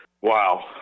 Wow